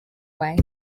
way